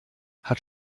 hat